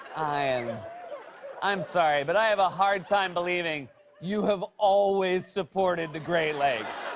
i am i'm sorry, but i have a hard time believing you have always supported the great lakes.